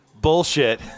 bullshit